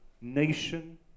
nation